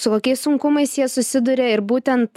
su kokiais sunkumais jie susiduria ir būtent